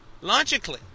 Logically